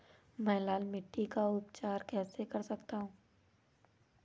मैं लाल मिट्टी का उपचार कैसे कर सकता हूँ?